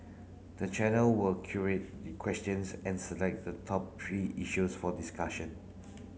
the channel will curate the questions and select the top three issues for discussion